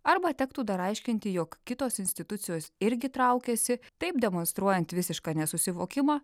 arba tektų dar aiškinti jog kitos institucijos irgi traukiasi taip demonstruojant visišką nesusivokimą